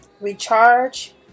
recharge